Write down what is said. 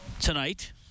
tonight